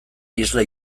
isla